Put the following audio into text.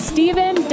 Stephen